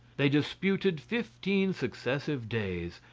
they disputed fifteen successive days,